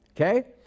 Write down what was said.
okay